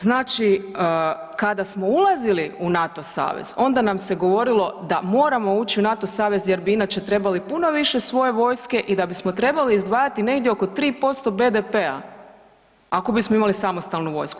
Znači kada smo ulazili u NATO savez onda nam se govorilo da moramo ući u NATO savez jer bi inače trebali puno više svoje vojske i da bismo trebali izdvajati negdje oko 3% BDP-a ako bismo imali samostalnu vojsku.